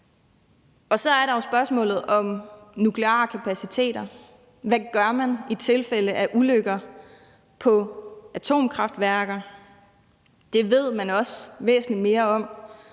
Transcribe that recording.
på. Så er der jo spørgsmålet om nukleare kapaciteter. Hvad gør man i tilfælde af ulykker på atomkraftværker? Det ved man også væsentlig mere om